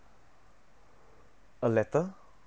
a letter